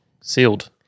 sealed